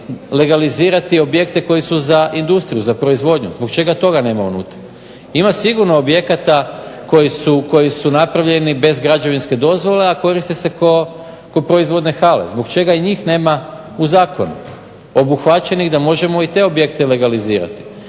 legalizirati objekte koji su za industriju, za proizvodnju. Zbog čega toga nema unutra. Ima sigurno objekata koji su napravljeni bez građevinske dozvole, a koriste se kao proizvodne hale. Zbog čega i njih nema u zakonu obuhvaćenih da možemo i te objekte legalizirati